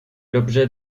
l’objet